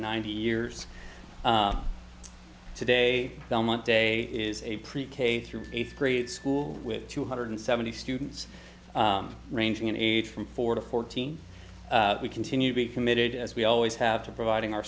ninety years today belmont day is a pre k through eighth grade school with two hundred seventy students ranging in age from four to fourteen we continue to be committed as we always have to providing our